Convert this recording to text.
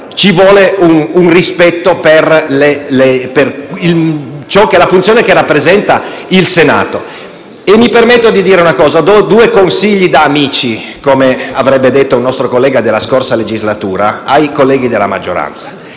Ci vuole rispetto per la funzione che il Senato rappresenta. Mi permetto di dare due consigli da amico, come avrebbe detto il nostro collega della scorsa legislatura, ai colleghi della maggioranza: